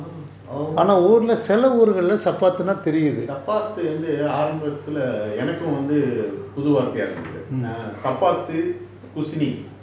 ah சப்பாத்து சப்பாத்து வந்து ஆரம்பத்துல எனக்கும் வந்து புது வார்த்தையா இருந்தது:sapaathu sapaathu vanthu arambathula enakum vanthu puthu varthaya irunthathu eh சப்பாத்து குஸ்னி:sappathu kusni